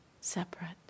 separate